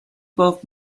both